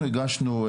אנחנו הגשנו,